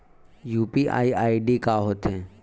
UPI ID का होथे?